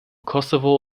kosovo